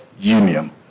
union